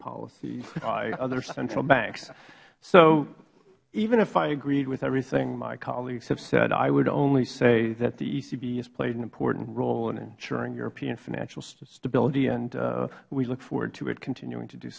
policy by other central banks so even if i agreed with everything my colleagues have said i would only say that the ecb has played an important role in ensuring european financial stability and we look forward to it continuing to do